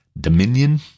Dominion